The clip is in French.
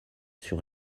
sur